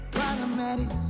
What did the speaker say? Problematic